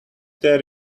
there